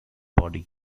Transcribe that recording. body